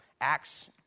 Acts